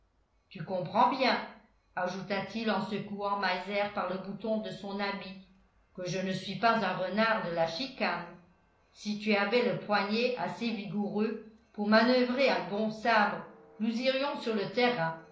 tu comprends bien ajouta-t-il en secouant meiser par le bouton de son habit que je ne suis pas un renard de la chicane si tu avais le poignet assez vigoureux pour manoeuvrer un bon sabre nous irions sur le terrain